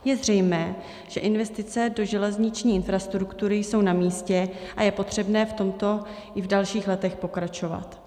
Je zřejmé, že investice do železniční infrastruktury jsou namístě a je potřebné v tomto i v dalších letech pokračovat.